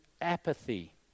apathy